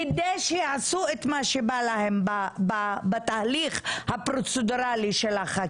כדי שיעשו את מה שבא להם בתהליך הפרוצדורלי של החקיקה.